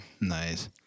Nice